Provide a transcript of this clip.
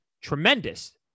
tremendous